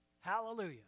Hallelujah